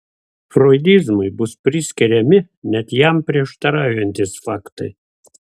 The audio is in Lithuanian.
froidizmui bus priskiriami net jam prieštaraujantys faktai